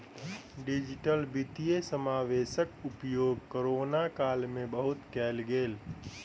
digital वित्तीय समावेशक उपयोग कोरोना काल में बहुत कयल गेल